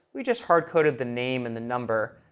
we just hardcoded the name and the number.